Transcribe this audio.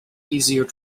easier